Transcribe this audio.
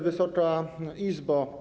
Wysoka Izbo!